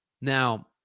Now